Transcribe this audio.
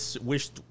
wished